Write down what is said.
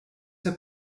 have